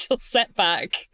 setback